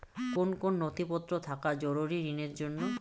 কোন কোন নথিপত্র থাকা জরুরি ঋণের জন্য?